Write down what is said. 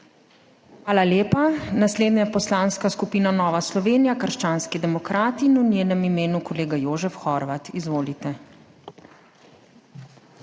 Hvala lepa. Naslednja je Poslanska skupina Nova Slovenija krščanski demokrati in v njenem imenu kolega Jožef Horvat, izvolite.